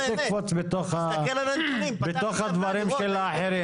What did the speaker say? ח"כ עמיחי שיקלי, אל תקפוץ בתוך הדברים של האחרים.